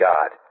God